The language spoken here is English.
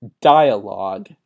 dialogue